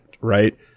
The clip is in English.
right